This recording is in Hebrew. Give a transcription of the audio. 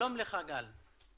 שלום לך, גל.